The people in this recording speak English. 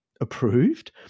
approved